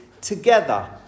together